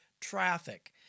Traffic